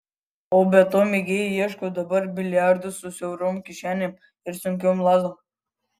o be to mėgėjai ieško dabar biliardų su siaurom kišenėm ir sunkiom lazdom